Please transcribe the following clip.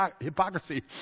hypocrisy